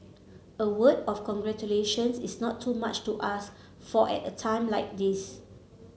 a word of congratulations is not too much to ask for at a time like this